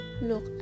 look